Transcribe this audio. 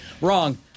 wrong